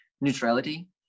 neutrality